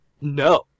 no